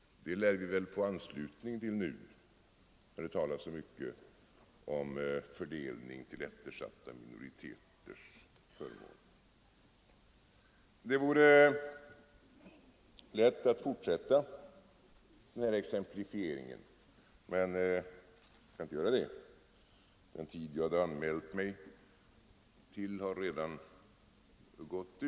Det önskemålet lär vi få anslutning till nu, när det talas så mycket om fördelning till eftersatta minoriteters förmån. Det vore lätt att fortsätta den här exemplifieringen, men jag skall inte göra det. Den tid jag hade anmält mig för har redan gått ut.